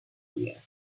year